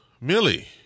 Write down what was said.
millie